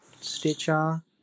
Stitcher